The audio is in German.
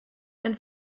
ein